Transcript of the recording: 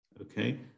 okay